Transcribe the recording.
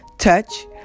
touch